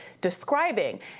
describing